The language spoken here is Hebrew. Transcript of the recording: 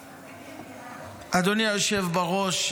אדוני היושב בראש,